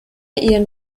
ihren